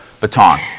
baton